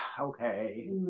okay